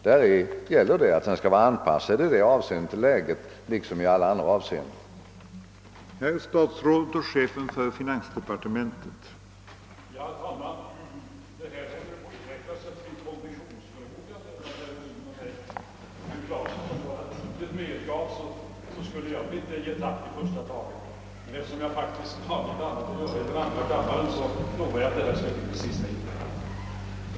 Vi vill att denna i detta avseende liksom i andra skall vara anpassad till det rådande läget.